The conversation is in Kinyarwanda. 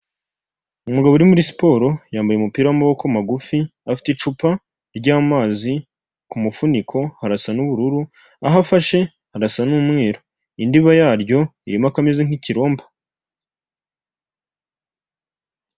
Umugabo uri muri siporo, yambaye umupira w'amaboko magufi, afite icupa ry'amazi ku mufuniko harasa n'ubururu, aho afashe harasa n'umweru, indiba yaryo iririmo akameze nk'ikiromba.